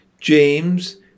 James